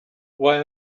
why